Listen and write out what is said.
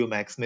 Max